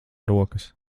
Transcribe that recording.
rokas